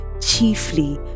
chiefly